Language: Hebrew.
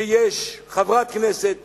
שיש חברת כנסת